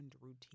routine